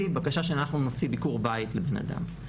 בקשה שאנחנו נוציא ביקור בית לבן-אדם.